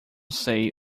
sei